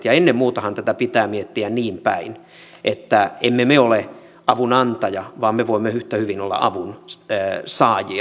ja ennen muutahan tätä pitää miettiä niin päin että emme me ole avun antaja vaan me voimme yhtä hyvin olla avun saajia